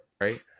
right